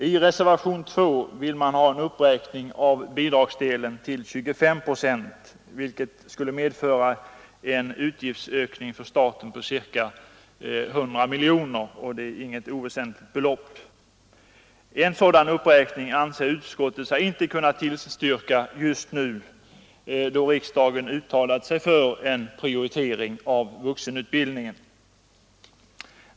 I reservationen 2 föreslås en uppräkning av bidragsdelen till 25 procent, vilket skulle medföra en utgiftsökning för staten på cirka 100 miljoner kronor — ett icke oväsentligt belopp. En sådan uppräkning anser sig utskottet inte kunna tillstyrka just nu då riksdagen uttalat sig för en prioritering av vuxenutbildningen.